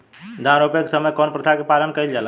धान रोपे के समय कउन प्रथा की पालन कइल जाला?